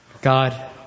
God